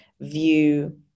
view